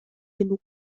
genug